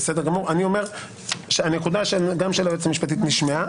גם הנקודה של היועצת המשפטית נשמעה.